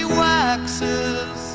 waxes